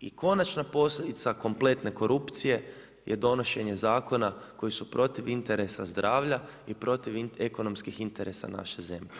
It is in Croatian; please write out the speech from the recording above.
i konačna posljedica kompletne korupcije je donešenje zakona koji su protiv interesa zdravlja i protiv ekonomskih interesa naše zemlje.